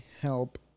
help